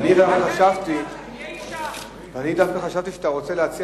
אני דווקא חשבתי שאתה רוצה להציע